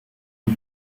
and